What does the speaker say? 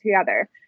together